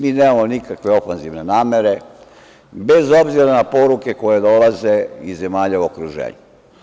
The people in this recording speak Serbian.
Mi nemamo nikakve ofanzivne namere, bez obzira na poruke koje dolaze iz zemalja u okruženju.